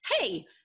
hey